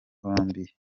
colombia